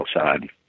outside